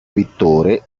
vittore